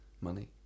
money